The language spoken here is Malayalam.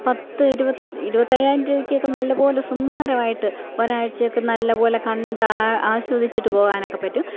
പത്ത് ഇരുപത്തയ്യായിരം രൂപയ്ക്കൊക്കെ നല്ലപോലെ സുന്ദരമായിട്ട് ഒരാഴ്ച്ചയൊക്കെ നല്ലപോലെ കണ്ട് ആസ്വദിച്ചിട്ട് പോകാനൊക്കെ പറ്റും